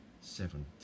seven